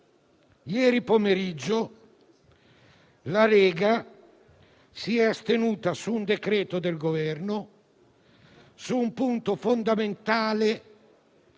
Ieri pomeriggio la Lega si è astenuta su un decreto del Governo su un punto fondamentale